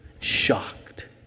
shocked